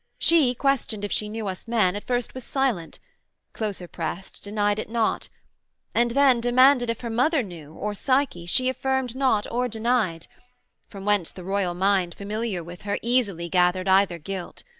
she, questioned if she knew us men, at first was silent closer prest, denied it not and then, demanded if her mother knew, or psyche, she affirmed not, or denied from whence the royal mind, familiar with her, easily gathered either guilt.